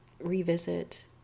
revisit